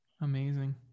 Amazing